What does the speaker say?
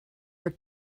are